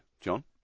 John